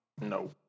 No